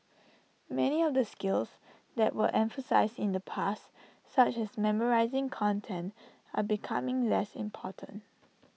many of the skills that were emphasised in the past such as memorising content are becoming less important